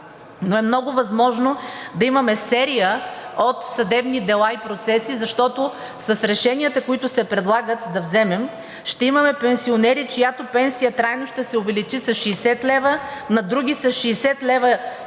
но е много възможно да имаме серия от съдебни дела и процеси, защото с решенията, които се предлагат да вземем, ще имаме пенсионери, чиято пенсия трайно ще се увеличи с 60 лв., на други с 60 лв.